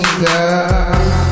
Girl